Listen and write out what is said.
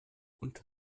und